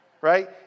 Right